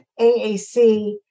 AAC